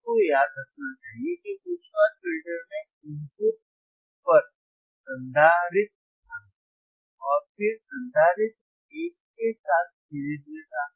अब हम सभी को याद रखना चाहिए कि उच्च पास फिल्टर में इनपुट पर संधारित्र था और फिर संधारित्र एक के साथ सीरीज में था